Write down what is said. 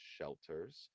shelters